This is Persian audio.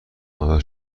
محبت